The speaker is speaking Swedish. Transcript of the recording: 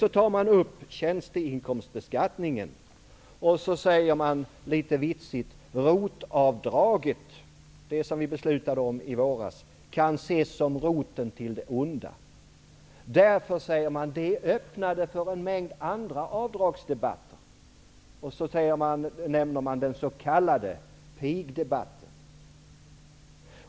Man tar vidare upp tjänstebeskattningen och säger, litet vitsigt: ''ROT-avdraget'' -- som vi beslutade om i våras -- ''kan ses som roten till det onda.'' Man säger att det öppnade för en mängd andra avdragsdebatter. Man nämner den s.k. pigdebatten.